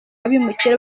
abimukira